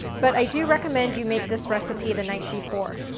but i do recommend you make this recipe the night before.